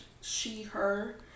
she-her